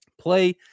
play